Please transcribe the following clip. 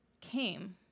came